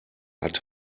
hatte